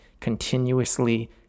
continuously